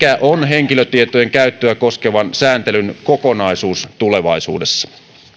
henkilötietojen käyttöä koskevan sääntelyn kokonaisuus tulevaisuudessa